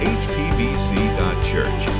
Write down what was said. hpbc.church